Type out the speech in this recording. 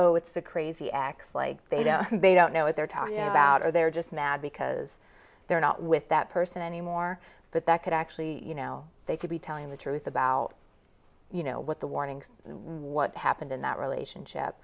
oh it's a crazy x like they don't know what they're talking about or they're just mad because they're not with that person anymore but that could actually you know they could be telling the truth about you know what the warnings what happened in that relationship